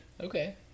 Okay